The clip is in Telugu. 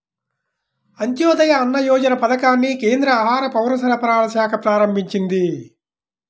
అంత్యోదయ అన్న యోజన పథకాన్ని కేంద్ర ఆహార, పౌరసరఫరాల శాఖ ప్రారంభించింది